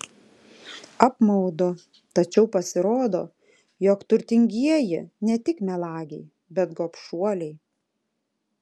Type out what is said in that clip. apmaudu tačiau pasirodo jog turtingieji ne tik melagiai bet gobšuoliai